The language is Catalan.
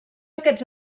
aquests